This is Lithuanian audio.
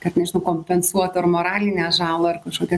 kad nežinau kompensuotų ar moralinę žalą ar kažkokią